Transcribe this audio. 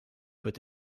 peut